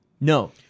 No